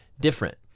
different